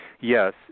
Yes